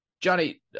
Johnny